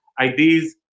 ideas